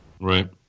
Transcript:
Right